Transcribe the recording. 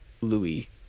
Louis